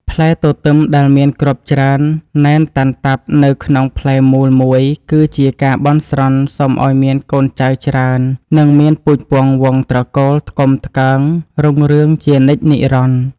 ផ្លែទទឹមដែលមានគ្រាប់ច្រើនណែនតាន់តាប់នៅក្នុងផ្លែមូលមួយគឺជាការបន់ស្រន់សុំឱ្យមានកូនចៅច្រើន និង មានពូជពង្សវង្សត្រកូលថ្កុំថ្កើងរុងរឿងជានិច្ចនិរន្តរ៍។